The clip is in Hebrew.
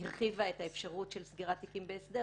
הרחיבה את האפשרות של סגירת תיקים בהסדר